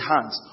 Hands